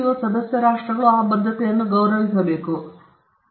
ಕೃತಿಸ್ವಾಮ್ಯದಲ್ಲಿ ಭಾರತವು ಲೇಖಕನ ಜೀವಿತಾವಧಿಯಂತೆ 60 ವರ್ಷಗಳಿಗೊಮ್ಮೆ ಗಣಿಸಲಾಗಿದೆ